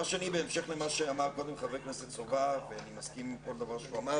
בהמשך למה שאמר קודם חבר הכנסת סובה ואני מסכים עם כל דבר שהוא אמר